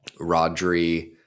Rodri